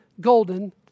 golden